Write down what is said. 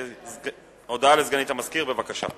הודעה לסגנית המזכיר, בבקשה.